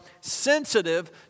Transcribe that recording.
sensitive